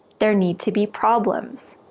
there need to be problems.